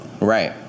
Right